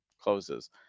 closes